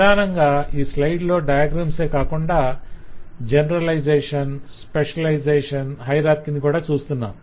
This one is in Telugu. ప్రధానంగా ఈ స్లయిడ్ లో డయాగ్రమ్సే కాకుండా జెనెరలైజేషన్ స్పెషలైజేషన్ హయరార్కిని కూడా చూస్తున్నాం